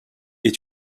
est